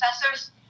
professors